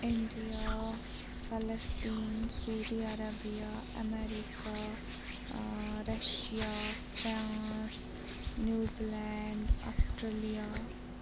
India فیلستیٖن Saudi Arabia America Russia France New Zealand Australia